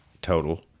total